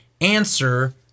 answer